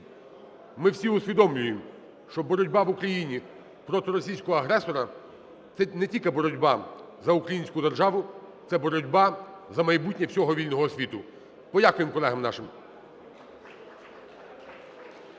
Ми всі усвідомлюємо, що боротьба в Україні проти російського агресора – це не тільки боротьба за українську державу, це боротьба за майбутнє всього вільного світу. Подякуємо колегам нашим.